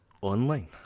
Online